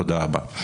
תודה רבה.